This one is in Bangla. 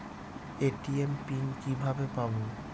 এ.টি.এম পিন কিভাবে পাবো?